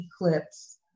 Eclipse